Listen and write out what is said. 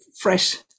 fresh